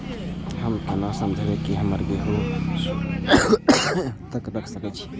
हम केना समझबे की हमर गेहूं सुख गले गोदाम में कहिया तक रख सके छिये?